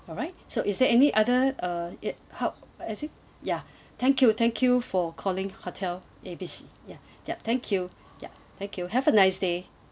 alright so is there any other uh it how as it ya thank you thank you for calling hotel A B C ya yup thank you yup thank you have a nice day